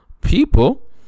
people